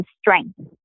strength